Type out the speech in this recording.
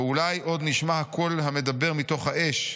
ואולי עוד נשמע הקול המדבר מתוך האש,